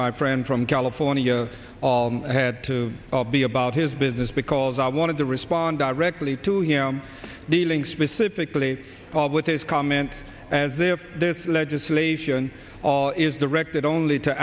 my friend from california all i had to be about his business because i wanted to respond directly to him dealing specifically with his comment as if this legislation is directed only to